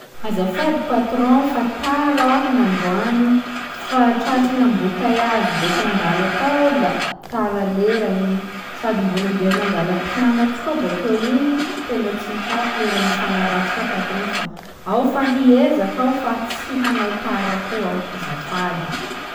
Azafady patron fa tara aho nandroany fa tratry ny embouteillage be tan-dàla tao da tara lera gny- sady mbô nandea nagala mpianatsy koa bakeon'igny tena tsy tratrako lera nifagnarahantsika patron fa ao fa hiezaky aho tsy hanao tara koa aho, azafady.